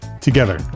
together